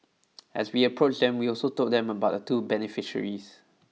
as we approached them we also told them about the two beneficiaries